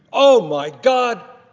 oh, my god,